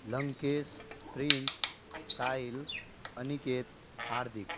Lankesh Prince Sahil Aniket Hardik